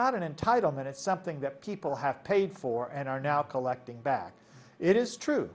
not an entitlement it's something that people have paid for and are now collecting back it is true